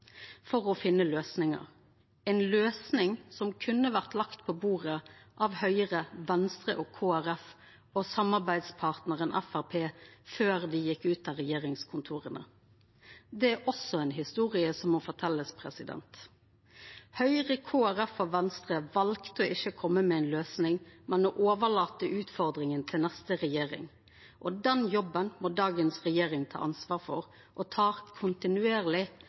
for å finna løysingar –løysingar som kunne ha vore lagde på bordet av Høgre, Venstre, Kristeleg Folkeparti og samarbeidspartnaren Framstegspartiet før dei gjekk ut regjeringskontora. Det er også ei historie som må forteljast. Høgre, Kristeleg Folkeparti og Venstre valde ikkje å koma med ei løysing, men å overlata utfordringa til neste regjering. Den jobben må dagens regjering ta ansvar for, og ho må vurdere situasjonen kontinuerleg.